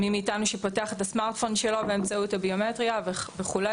מי מאתנו שפותח את הסמארטפון שלו באמצעות הביומטריה וכו'.